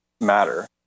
matter